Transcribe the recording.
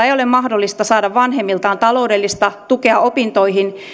ei ole mahdollista saada vanhemmiltaan taloudellista tukea opintoihin